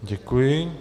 Děkuji.